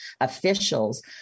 officials